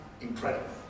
incredible